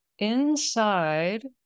inside